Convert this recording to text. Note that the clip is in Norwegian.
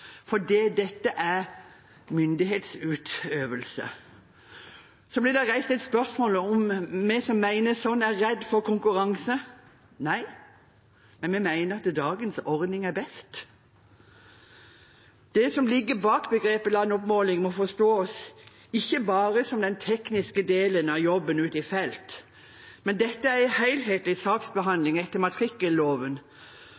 ansvarsområdet, for dette er myndighetsutøvelse. Så ble det reist et spørsmål om vi som mener dette, er redde for konkurranse. Nei, men vi mener at dagens ordning er best. Det som ligger bak begrepet «landoppmåling», må forstås ikke bare som den tekniske delen av jobben ute i felt. Dette er